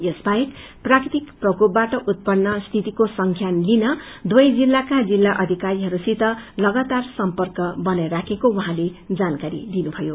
यसबाहेक प्राकृतिक प्रकोपबाट उत्पन्न स्थितिको संबान सिन दुवै जिल्लाका जिल्ला अधिकारीहरूसित लगातार सम्पर्क बनाइ राखेको वहाँले जानकारी दिनुभयो